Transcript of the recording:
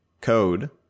code